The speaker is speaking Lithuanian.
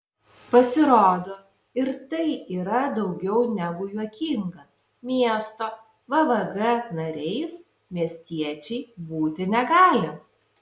pasirodo ir tai yra daugiau negu juokinga miesto vvg nariais miestiečiai būti negali